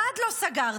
אחד לא סגרתם,